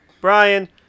brian